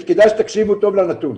וכדאי שתקשיבו טוב לנתון,